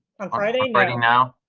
friday friday now.